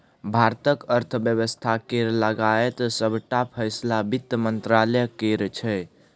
भारतक अर्थ बेबस्था केर लगाएत सबटा फैसला बित्त मंत्रालय करै छै